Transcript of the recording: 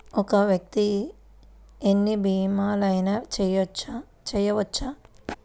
ఒక్క వ్యక్తి ఎన్ని భీమలయినా చేయవచ్చా?